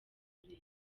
burera